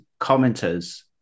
commenters